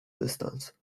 dystans